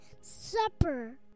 supper